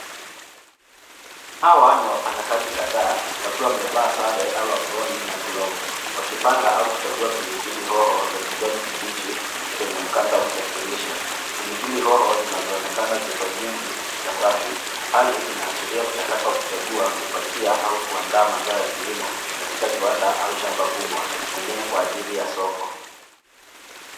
Hawa ni wafanyikazi kadhaa wakiwa wamevaa sare au aproni na glovu, wakipanga au kuchagua pilipili hoho za kijani kibichi, kwenye mkanda wa kusafirisha. Piliplili hoho zinazoonekana ziko nyingi na safi. Hali inaashiria mchakato wa kuchagua, kupakia, au kuandaa mazao ya kilimo, katika kiwanda au shamba kubwa, pengine kwa ajili ya soko.